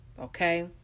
okay